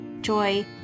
joy